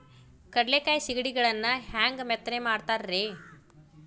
ಕಡಲೆಕಾಯಿ ಸಿಗಡಿಗಳನ್ನು ಹ್ಯಾಂಗ ಮೆತ್ತನೆ ಮಾಡ್ತಾರ ರೇ?